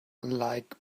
like